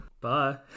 bye